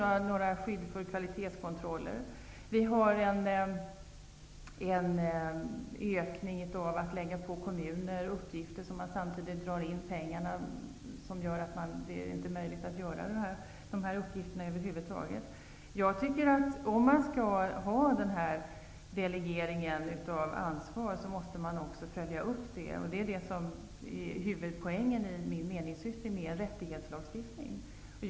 Det finns inte några kvalitetskontroller. Vi kan se en utökning av antalet uppgifter som läggs på kommunerna. Samtidigt dras pengar in. Det gör att det inte är möjligt för kommunerna att fullgöra dessa uppgifter. Om ansvaret skall delegeras, måste det också följas upp. Det är också huvudpoängen med en rättighetslagstiftning, som jag talar om i min meningsyttring.